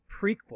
prequel